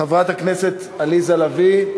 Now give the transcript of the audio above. חברת הכנסת עליזה לביא,